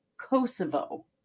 Kosovo